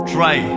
Try